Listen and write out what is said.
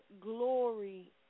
glory